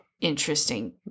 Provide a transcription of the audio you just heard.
interesting